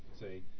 say